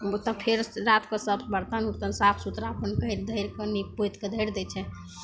तऽ फेर रातिके सब बरतन उरतन साफ सुथरा अपन करि धरिके नीपि पोतिके धरि दै छै